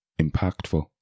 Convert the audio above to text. impactful